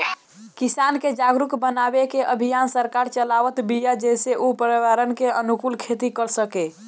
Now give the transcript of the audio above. किसान के जागरुक बनावे के अभियान सरकार चलावत बिया जेसे उ पर्यावरण के अनुकूल खेती कर सकें